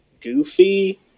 goofy